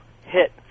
hit